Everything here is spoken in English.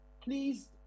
please